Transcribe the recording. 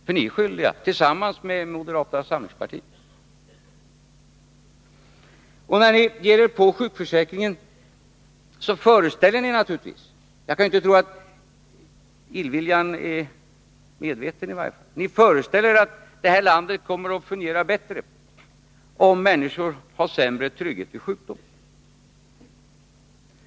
För ni är tillsammans med moderata samlingspartiet skyldiga i detta fall. När ni ger er på sjukförsäkringen föreställer ni er naturligtvis — jag kan ju inte tro att det är fråga om medveten illvilja — att detta land kommer att fungera bättre om människor får sämre trygghet vid sjukdom.